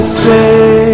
say